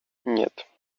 нет